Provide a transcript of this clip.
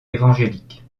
évangélique